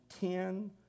ten